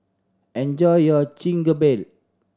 enjoy your Chigenabe